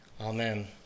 Amen